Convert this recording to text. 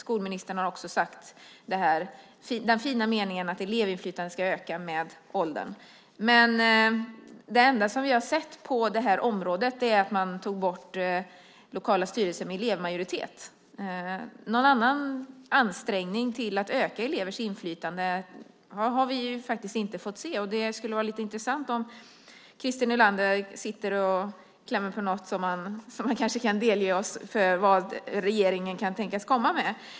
Skolministern har också sagt den fina meningen att elevinflytande ska öka med åldern. Men det enda som vi har sett på det här området är att man tog bort lokala styrelser med elevmajoritet. Någon annan ansträngning för att öka elevers inflytande har vi inte fått se. Det skulle vara lite intressant att höra om Christer Nylander klämmer på något som han kanske kan delge oss när det gäller vad regeringen kan tänkas komma med.